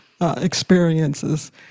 experiences